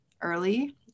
early